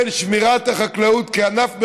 בין שמירת החקלאות כענף מרכזי,